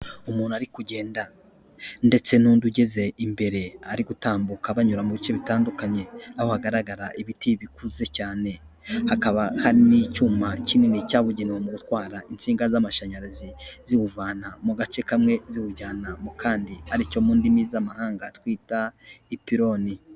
Umuntu ari kugenda ndetse n'undi ugeze imbere ari gutambuka banyura mu bice bitandukanye, aho hagaragara ibiti bikuze cyane, hakaba hari n'icyuma kinini cyabugenewe mu gutwara insinga z'amashanyarazi ziwuvana mu gace kamwe ziwujyana mu kandi, aricyo mu ndimi z'amahanga twita ipironi.